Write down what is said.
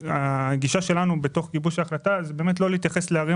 הגישה שלנו בתוך גיבוש ההחלטה היא לא להתייחס לערים